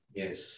yes